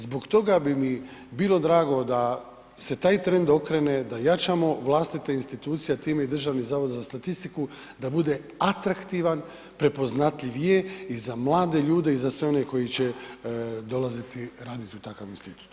Zbog toga bi mi bilo drago da se taj trend okrene, da jačamo vlastite institucije, a time Državni zavod za statistiku, da bude atraktivan, prepoznatljiv je i za mlade ljude i za sve one koji će dolaziti raditi u takav institut.